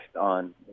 on